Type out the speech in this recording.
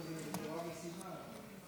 כבוד היושב-ראש,